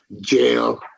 jail